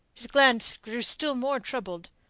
his glance grew still more troubled.